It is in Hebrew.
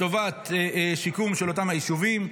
לטובת שיקום של אותם היישובים.